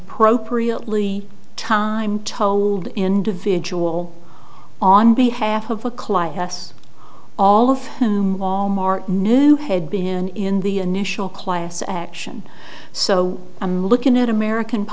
appropriate lea time told individual on behalf of a client us all of whom wal mart knew had been in the initial class action so i'm looking at american